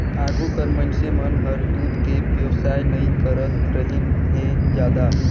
आघु कर मइनसे मन हर दूद के बेवसाय नई करतरहिन हें जादा